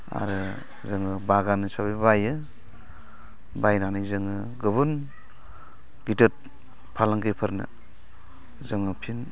आरो जोङो बागान हिसाबै बायो बायनानै जोङो गुबुन गिदिर फालांगिफोरनो जोङो फिन